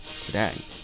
today